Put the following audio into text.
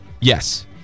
Yes